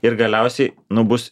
ir galiausiai nu bus